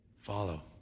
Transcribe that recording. Follow